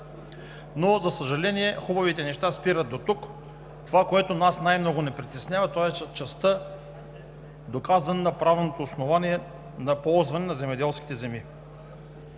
За съжаление, хубавите неща спират дотук. Това, което най-много ни притеснява, е частта за доказване на правното основание за ползване на земеделските земи.